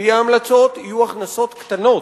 על-פי ההמלצות, יהיו הכנסות קטנות.